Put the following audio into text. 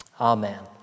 Amen